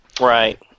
Right